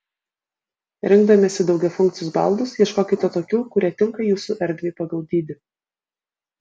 rinkdamiesi daugiafunkcius baldus ieškokite tokių kurie tinka jūsų erdvei pagal dydį